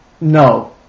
No